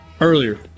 earlier